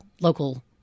local